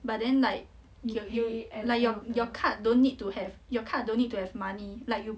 but then like you you like your your card don't need to have your card don't need to have money like you